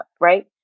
right